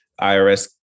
IRS